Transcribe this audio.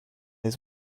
his